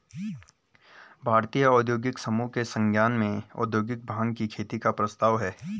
भारतीय औद्योगिक समूहों के संज्ञान में औद्योगिक भाँग की खेती का प्रस्ताव है